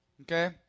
Okay